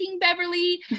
Beverly